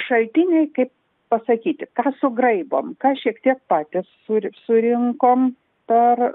šaltiniai kaip pasakyti ką sugraibom ką šiek tiek patys sur surinkom per